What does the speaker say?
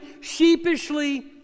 sheepishly